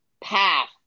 path